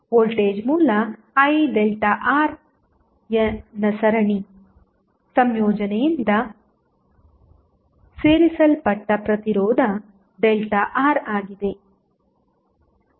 voltage ಮೂಲ IΔR ನ ಸರಣಿ ಸಂಯೋಜನೆಯಿಂದ ಸೇರಿಸಲ್ಪಟ್ಟ ಪ್ರತಿರೋಧ ΔRಆಗಿದೆ